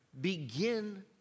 begin